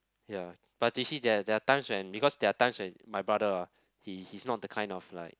ya but they say there are there are times when because there are times when my brother ah he he's not the kind of like